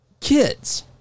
kids